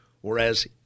whereas